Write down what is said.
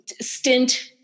stint